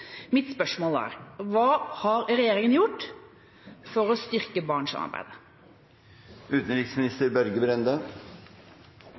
Mitt spørsmål er: Hva har regjeringa gjort for å styrke